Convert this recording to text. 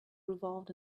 revolved